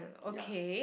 ya